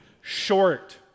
Short